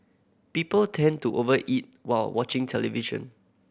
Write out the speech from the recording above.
people tend to over eat while watching television